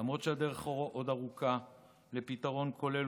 למרות שהדרך עוד ארוכה לפתרון כולל,